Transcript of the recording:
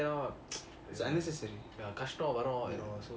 it's unnecessary